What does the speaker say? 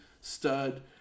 Stud